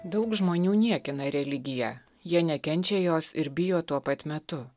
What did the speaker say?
daug žmonių niekina religiją jie nekenčia jos ir bijo tuo pat metu